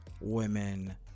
women